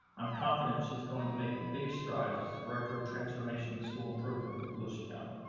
i'm confident she's going to make a big stride as the director of transformation and school improvement for volusia county.